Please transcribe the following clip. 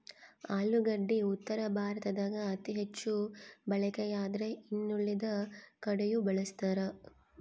ಆಲೂಗಡ್ಡಿ ಉತ್ತರ ಭಾರತದಾಗ ಅತಿ ಹೆಚ್ಚು ಬಳಕೆಯಾದ್ರೆ ಇನ್ನುಳಿದ ಕಡೆಯೂ ಬಳಸ್ತಾರ